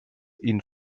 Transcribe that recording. ihn